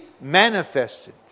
manifested